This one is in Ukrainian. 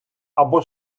або